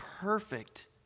perfect